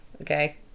Okay